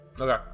Okay